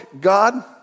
God